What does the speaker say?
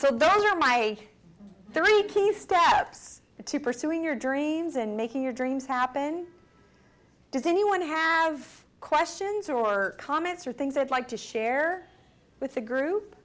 so those are my three key steps to pursuing your dreams and making your dreams happen does anyone have questions or comments or things that like to share with the group